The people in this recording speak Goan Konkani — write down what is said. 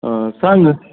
सांग